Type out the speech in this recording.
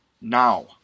Now